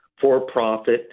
for-profit